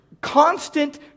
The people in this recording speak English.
Constant